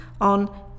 on